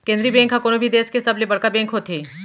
केंद्रीय बेंक ह कोनो भी देस के सबले बड़का बेंक होथे